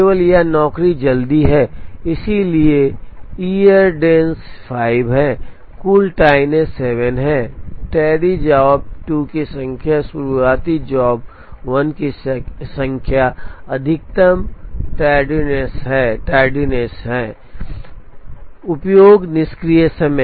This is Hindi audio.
केवल यह नौकरी जल्दी है इसलिए ईयरडेंस 5 है कुल टार्डनेस 7 है टेडी जॉब 2 की संख्या शुरुआती जॉब 1 की संख्या अधिकतम टैर्डनेस 5 है उपयोग निष्क्रिय समय